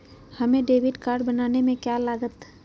हमें debit card बनाने में का लागत?